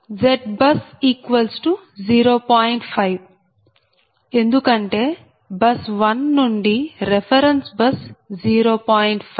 50 ఎందుకంటే బస్ 1 నుండి reference bus 0